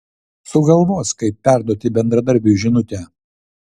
sugalvos kaip perduoti bendradarbiui žinutę